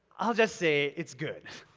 i'll just say, it's good.